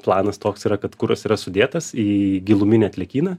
planas toks yra kad kuras yra sudėtas į giluminį atliekyną